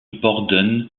borden